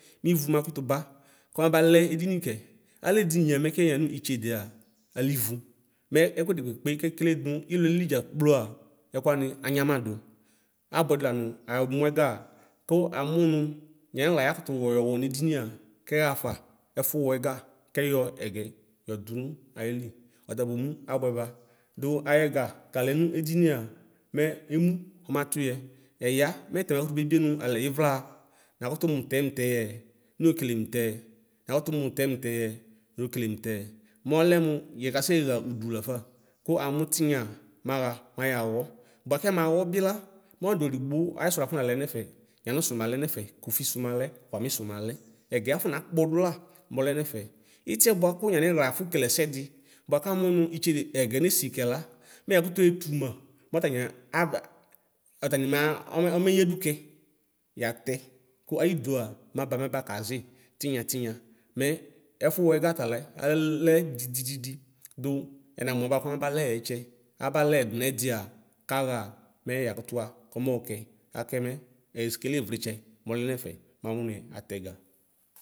Mivʋ ɔma kʋto ba kɔmabalɛ edini kɛ aledinia makɛ yanʋ itsedea alivʋ mɛ ɛkʋdi kpekpe kekele nʋ ilʋɛli dza kploa ɛkʋ wani anyamadʋ abʋɛ dui lanʋ amʋ ɛga kʋ amʋnʋ yanixla yakʋtʋ yɔwɔ nʋ edinia kɛxafa ɛfʋwɛga kɛyɔ ɛgɛ yɔdʋnʋ ayili ɔta bʋmʋ abʋɛba dʋ ayɛga kalɛnʋ edinia mɛ emʋ ɔmatʋyɛ yaya mɛtɛ makʋtʋ mebie nʋ alɛ ivlaa nakʋtʋ mʋ mʋtɛ mʋtɛ yɛ niokele mʋtɛ nakʋtʋ mʋ mʋtɛ mʋtɛ yɛ niokele mʋ tɛɛ mɔlɛ mʋ yɛkasɛxa ʋdʋ lafa kʋ amʋ tinya maxa mayavɔ bʋakɛ mawɔ bila mʋ adʋ ɔlʋdigbo ayisʋ lafɔnanalɛ nɛfɛ yanʋsʋ nalɛ nɛfɛ kofisʋ malɛ kwanisʋ malɛ ɛgɛ afɔnakpɔdʋ la mɔlɛ nefɛ itiɛbʋakʋ yanixla afɔkele ɛsɛdi bʋakamʋ nʋ itsede ɛgɛ nesi kɛla mɛ yakʋtʋ etʋma mɔtani aba ɔtani ma ɔmeyadʋ kɛ yatɛ kʋ ayidʋa mɛ aba mabakazi tinya tinya mɛ ɛfʋ wɛga tala al alɛ dididi dʋ ɛma mʋ alɛ ɔmabalɛyɛ ɛtsɛ alɛyɛ dʋnɛdia axa mɛ yaxa yakʋtʋxa kʋmɔkɛ atɛ mɛ ekele wlitsɛ mɔlɛ nɛfɛ memʋ atɛga.